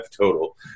total